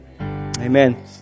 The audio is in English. Amen